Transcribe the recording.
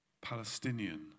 palestinian